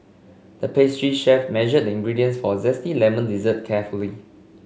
the pastry chef measured the ingredients for a zesty lemon dessert carefully